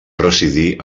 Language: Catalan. residir